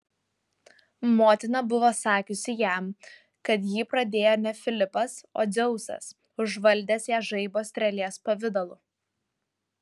motina buvo sakiusi jam kad jį pradėjo ne filipas o dzeusas užvaldęs ją žaibo strėlės pavidalu